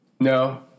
No